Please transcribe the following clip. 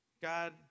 God